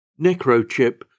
necrochip